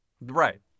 Right